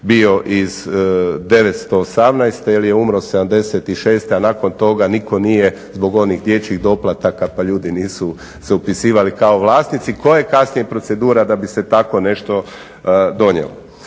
osamnaeste ili je umro '76. a nakon toga nitko nije zbog onih dječjih doplataka, pa ljudi se nisu upisivali kao vlasnici. Koja je kasnije procedura da bi se tako nešto donijelo?